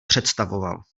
představoval